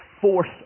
force